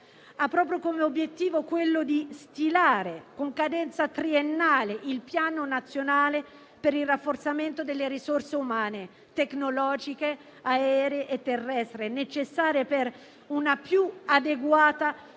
ha proprio come obiettivo quello di stilare con cadenza triennale il Piano nazionale per il rafforzamento delle risorse umane, tecnologiche, aeree e terrestri, necessarie per una più adeguata